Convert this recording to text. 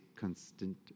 constant